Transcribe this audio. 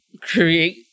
create